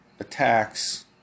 Attacks